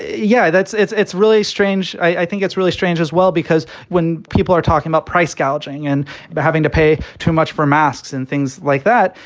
yeah. it's it's really strange. i think it's really strange as well, because when people are talking about price gouging and but having to pay too much for masks and things like that,